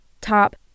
top